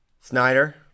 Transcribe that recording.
Snyder